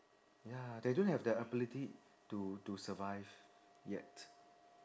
ya they don't have the ability to to survive yet